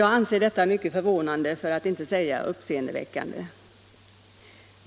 Jag anser det mycket förvånande, för att inte säga uppseendeväckande.